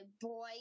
boy